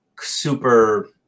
super